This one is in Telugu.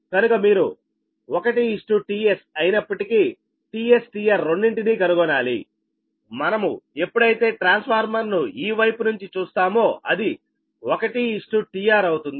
కనుక మీరు 1 tS అయినప్పటికీ tS tR రెండింటినీ కనుగొనాలి మనము ఎప్పుడైతే ట్రాన్స్ఫార్మర్ను ఈ వైపు నుంచి చూస్తామో అది 1 tR అవుతుంది